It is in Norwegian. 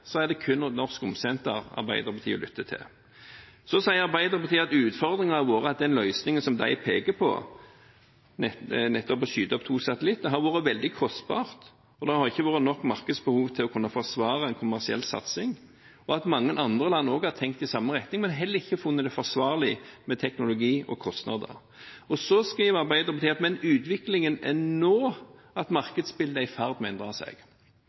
Så sier Arbeiderpartiet at utfordringen har vært at den løsningen de peker på, nettopp å skyte opp to satellitter, har vært veldig kostbar, og at det ikke har vært nok markedsbehov til å kunne forsvare en kommersiell satsing, og at mange andre land også har tenkt i samme retning, men heller ikke funnet det forsvarlig ut fra teknologi og kostnader. Så skriver Arbeiderpartiet at med utviklingen nå «er markedsbildet i ferd med å endre seg».